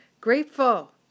Grateful